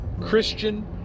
christian